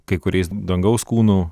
kai kuriais dangaus kūnų